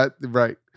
Right